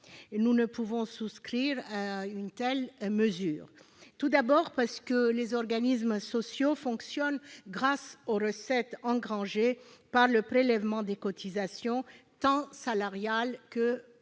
Nous ne pouvons souscrire à une telle mesure. En effet, les organismes sociaux fonctionnent grâce aux recettes engrangées par le prélèvement des cotisations, tant salariales que patronales.